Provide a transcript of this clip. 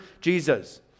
Jesus